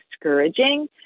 discouraging